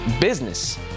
business